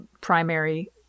primary